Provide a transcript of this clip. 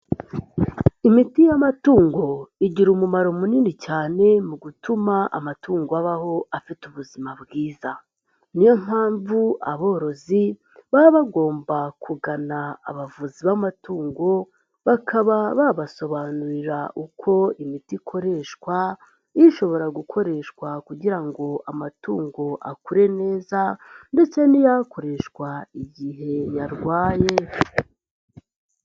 Imiti y'amatungo igira umumaro munini cyane mu gutuma amatungo abaho afite ubuzima bwiza, ni yo mpamvu aborozi baba bagomba kugana abavuzi b'amatungo bakaba babasobanurira uko imiti ikoreshwa ishobora gukoreshwa kugira ngo amatungo akure neza ndetse n'iyakoreshwa igihe yarwaye.